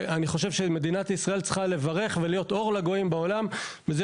אני חושב שמדינת ישראל צריכה לברך ולהיות אור לגויים בעולם בזה,